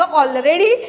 already